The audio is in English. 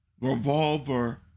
Revolver